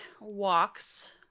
walks